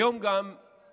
היום גם התווסף